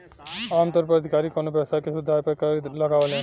आमतौर पर अधिकारी कवनो व्यवसाय के शुद्ध आय पर कर लगावेलन